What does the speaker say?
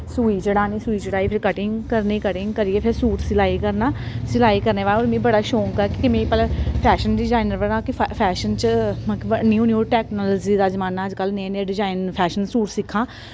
सुई चढ़ानी सुई चढ़ाइयै फिर कटिंग करनी कटिंग करियै फिर सूट सिलाई करना सिलाई करने दे बाद मिगी बड़ा शौंक ऐ कि मैं भला फैशन डिजाइनर बनां कि फ फैशन च न्यू न्यू टेक्नोलाजी दा जमाना अजकल्ल नए नए डिजाइन फैशन सूट सिक्खां